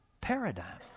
paradigm